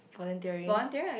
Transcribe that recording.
volunteering